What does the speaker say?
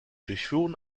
durchfuhren